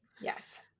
Yes